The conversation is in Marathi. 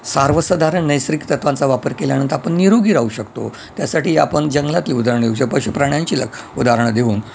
सर्वसाधारण नैसर्गिक तत्वांचा वापर केल्यानंतर आपण निरोगी राहू शकतो त्यासाठी आपण जंगलातली उदाहरणं देऊ पशु प्राण्यांची ल उदाहरण देऊन